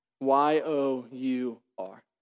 Y-O-U-R